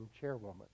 chairwoman